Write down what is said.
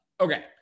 Okay